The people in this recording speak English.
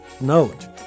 Note